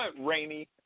Rainy